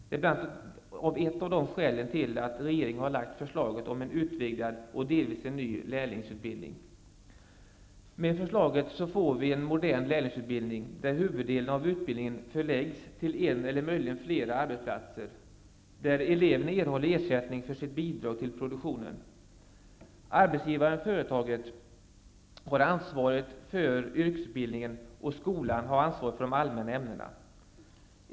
Det är ett av skälen till att regeringen har lagt fram förslaget om en utvidgad och delvis ny lärlingsutbildning. Med förslaget får vi en modern lärlingsutbildning, där huvuddelen av utbildningen förläggs till en eller möjligen flera arbetsplatser, där eleven erhåller ersättning för sitt bidrag till produktionen. Arbetsgivaren/företaget har ansvaret för yrkesutbildningen, och skolan har ansvaret för de allmänna ämnena.